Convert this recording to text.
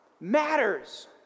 matters